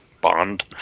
bond